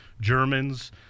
Germans